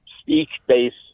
speech-based